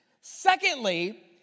Secondly